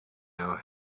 our